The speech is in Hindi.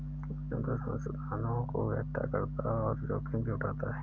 उद्यमिता संसाधनों को एकठ्ठा करता और जोखिम भी उठाता है